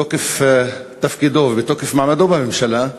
בתוקף תפקידו ובתוקף מעמדו בממשלה,